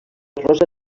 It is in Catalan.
rosa